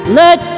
let